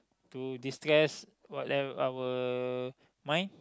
to destress what level our mind